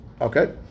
Okay